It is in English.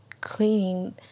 cleaning